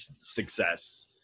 success